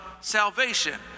salvation